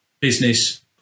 business